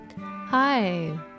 Hi